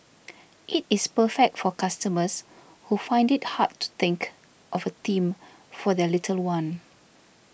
it is perfect for customers who find it hard to think of a theme for their little one